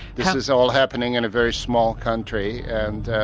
this is all happening in a very small country, and